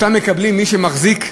שאותם מקבלים מי שמחזירים,